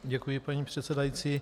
Děkuji, paní předsedající.